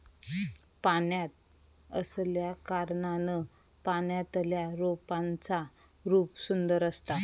पाण्यात असल्याकारणान पाण्यातल्या रोपांचा रूप सुंदर असता